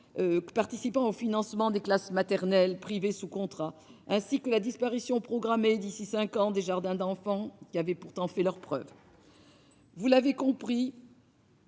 participant au financement des classes maternelles privées sous contrat, ainsi que la disparition programmée d'ici à cinq ans des jardins d'enfants, qui avaient pourtant fait leurs preuves. Mes chers